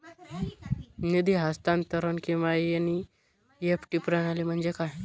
निधी हस्तांतरण किंवा एन.ई.एफ.टी प्रणाली म्हणजे काय?